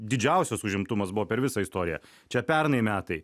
didžiausias užimtumas buvo per visą istoriją čia pernai metai